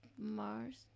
Mars